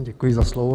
Děkuji za slovo.